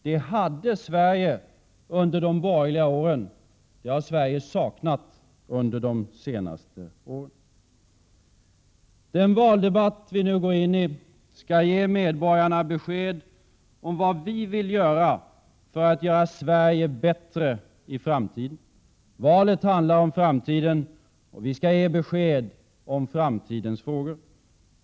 Det hade Sverige under de borgerliga åren, men det har Sverige saknat under de senaste åren. Den valdebatt vi nu går in i skall ge medborgarna besked om vad vi vill göra för att göra Sverige bättre i framtiden. Valet handlar om framtiden, och vi skall ge besked om framtidens frågor.